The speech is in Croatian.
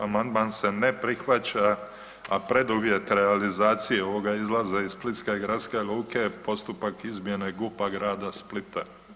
Amandman se ne prihvaća, a preduvjet realizacije ovoga izlaza iz Splitske gradske luke je postupak izmjene GUP-a grada Splita.